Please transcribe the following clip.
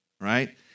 Right